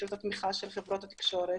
שירות התמיכה של חברות התקשורת.